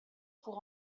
pour